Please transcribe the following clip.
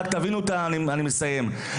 אני מסיים,